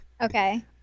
Okay